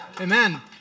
Amen